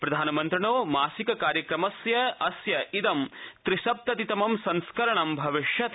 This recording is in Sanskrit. प्रधानमनित्रणो मासिक कार्यक्रमस्य इद त्रिसप्ततितमं संस्करणं भविष्यति